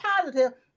positive